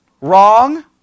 wrong